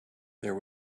there